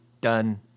done